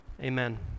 Amen